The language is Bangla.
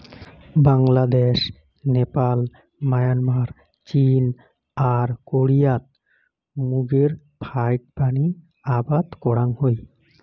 বাংলাদ্যাশ, নেপাল, মায়ানমার, চীন আর কোরিয়াত মুগের ফাইকবানী আবাদ করাং হই